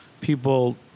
people